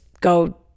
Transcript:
go